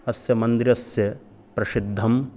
अस्य मन्दिरस्य प्रसिद्धं